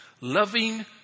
loving